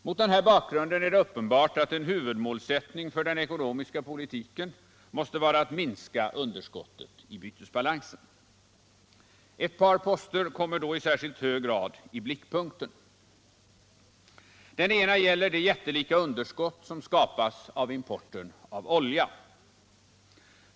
Mot denna bakgrund är det uppenbart att en huvudmålsättning för den ekonomiska politiken måste vara att minska underskottet i bytesbalansen. Ett par poster kommer då i särskilt hög grad i blickpunkten. Den ena gäller det jättelika underskott som skapas av importen av olja.